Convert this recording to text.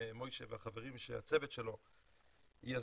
מייסד של קמא-טק,